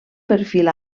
perfil